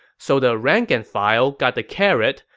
so the rank-and-file got the carrot,